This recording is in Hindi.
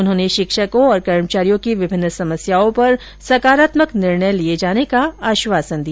उन्होंने शिक्षकों और कर्मचारियों की विभिन्न समस्याओं पर सकारात्मक निर्णय लिए जाने का आश्वासन दिया